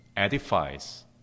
edifies